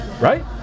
right